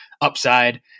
upside